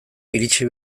iritsi